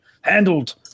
Handled